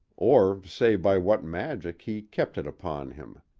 or say by what magic he kept it upon him.